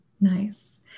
Nice